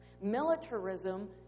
Militarism